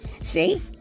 See